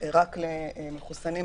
רק למחוסנים,